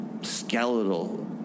skeletal